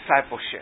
discipleship